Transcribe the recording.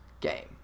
game